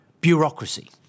bureaucracy